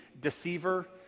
deceiver